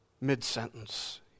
Mid-sentence